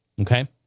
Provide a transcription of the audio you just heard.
Okay